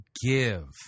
give